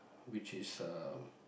which is uh